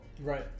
right